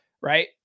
right